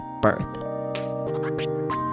birth